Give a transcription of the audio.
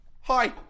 hi